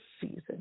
season